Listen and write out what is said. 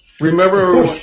Remember